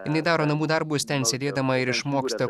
jinai daro namų darbus ten sėdėdama ir išmoksta